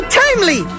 timely